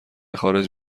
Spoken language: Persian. خارج